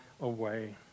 away